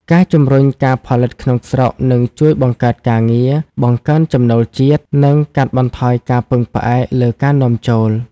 ការជំរុញការផលិតក្នុងស្រុកនឹងជួយបង្កើតការងារ បង្កើនចំណូលជាតិ និងកាត់បន្ថយការពឹងផ្អែកលើការនាំចូល។